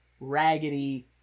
raggedy